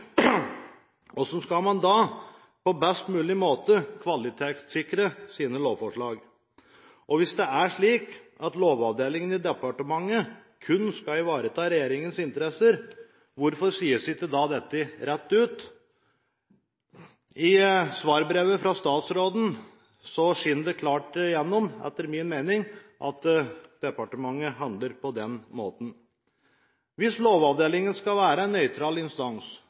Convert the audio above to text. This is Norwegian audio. er slik at Lovavdelingen i departementet kun skal ivareta regjeringens interesser, hvorfor sies ikke dette rett ut? I svarbrevet fra statsråden skinner det, etter min mening, klart igjennom at departementet handler på denne måten. Hvis Lovavdelingen skal være en nøytral instans